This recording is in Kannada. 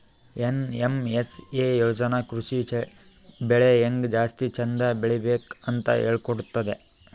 ಏನ್.ಎಮ್.ಎಸ್.ಎ ಯೋಜನಾ ಕೃಷಿ ಬೆಳಿ ಹೆಂಗ್ ಜಾಸ್ತಿ ಚಂದ್ ಬೆಳಿಬೇಕ್ ಅಂತ್ ಹೇಳ್ಕೊಡ್ತದ್